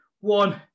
one